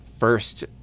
First